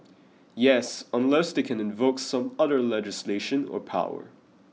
yes unless they can invoke some other legislation or power